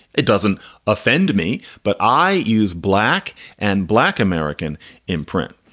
it doesn't offend me. but i use black and black american imprint.